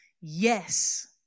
yes